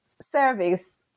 service